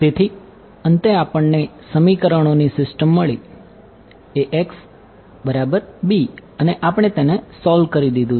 તેથી અંતે આપણને સમીકરણો ની સિસ્ટમ મળી અને આપણે તેને સોલ્વ કરી દીધું છે